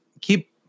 keep